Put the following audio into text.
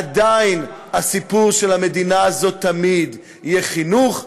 עדיין הסיפור של המדינה הזאת תמיד יהיה חינוך,